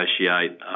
negotiate